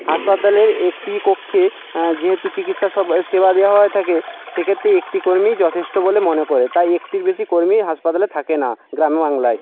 হাসপাতালের একটি কক্ষে যেহেতু চিকিৎসা সব সেবা দেওয়া হয়ে থাকে সেক্ষেত্রে একটি কর্মীই যথেষ্ট বলে মনে করে তাই একটির বেশি কর্মী হাসপাতালে থাকে না গ্রাম বাংলায়